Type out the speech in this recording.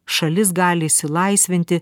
šalis gali išsilaisvinti